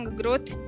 growth